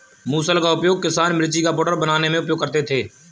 मुसल का उपयोग किसान मिर्ची का पाउडर बनाने में उपयोग करते थे